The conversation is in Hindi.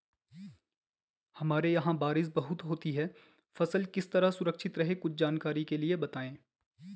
हमारे यहाँ बारिश बहुत होती है फसल किस तरह सुरक्षित रहे कुछ जानकारी के लिए बताएँ?